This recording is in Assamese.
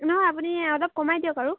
নহয় আপুনি অলপ কমাই দিয়ক আৰু